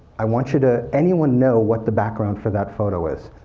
i want you to anyone know what the background for that photo is?